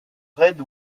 red